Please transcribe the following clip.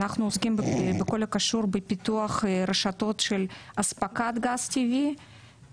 אנחנו עוסקים בכל הקשור בפיתוח רשתות של אספקת גז טבעי,